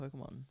Pokemon